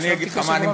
הקשבתי קשב רב.